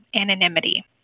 anonymity